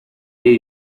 nahi